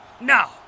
Now